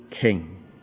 king